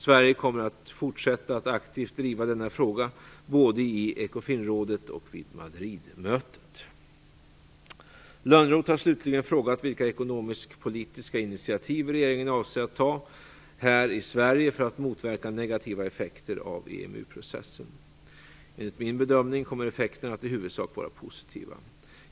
Sverige kommer att fortsätta att aktivt driva denna fråga både i Lönnroth har slutligen frågat vilka ekonomiskpolitiska initiativ regeringen avser att ta här i Sverige för att motverka negativa effekter av EMU-processen. Enligt min bedömning kommer effekterna att i huvudsak vara positiva.